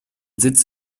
sitz